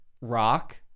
rock